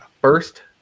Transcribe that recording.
first